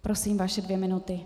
Prosím, vaše dvě minuty.